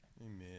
Amen